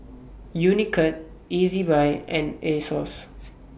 Unicurd Ezbuy and Asos